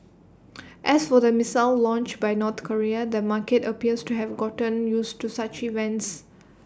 as for the missile launch by North Korea the market appears to have gotten used to such events